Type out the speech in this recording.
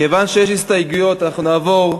כיוון שיש הסתייגויות אנחנו נעבור הסתייגות-הסתייגות,